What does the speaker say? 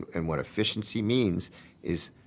and what efficiency means is,